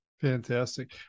Fantastic